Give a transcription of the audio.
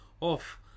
off